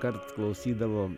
kart klausydavo